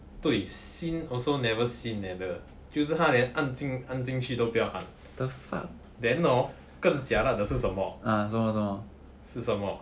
对 seen also never seen eh the 就是她连按进按进去都不要按 then hor 跟 jialat 的是什么是什么